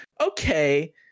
okay